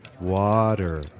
Water